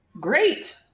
great